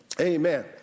Amen